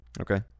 Okay